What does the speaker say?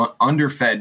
underfed